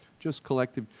just collective.